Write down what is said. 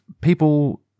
people